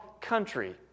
country